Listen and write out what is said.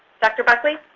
dr. buckley?